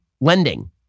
Lending